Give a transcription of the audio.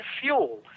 fuel